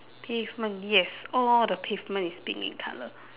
pavement yes all the pavement is pink in colour